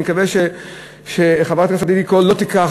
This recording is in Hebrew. אני מקווה שחברת הכנסת עדי קול לא תיקח,